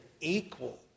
equal